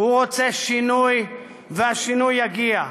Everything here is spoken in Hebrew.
הוא רוצה שינוי, והשינוי יגיע.